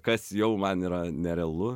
kas jau man yra nerealu